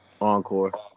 Encore